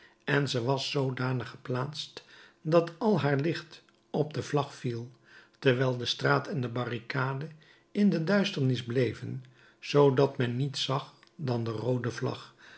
en ze was zoodanig geplaatst dat al haar licht op de vlag viel terwijl de straat en de barricade in de duisternis bleven zoodat men niets zag dan de roode vlag